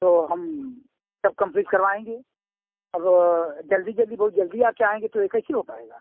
तो हम सब कंप्लीट करवाएँगे अब जल्दी जल्दी बहुत जल्दी आप चाहेंगे तो ये कैसे हो पाएगा